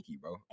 bro